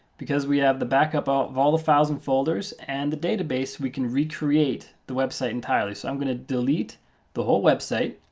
because we have the backup of all the files and folders and the database, we can recreate the website entirely. so i'm going to delete the whole website,